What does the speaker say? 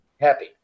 happy